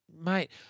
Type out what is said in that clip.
mate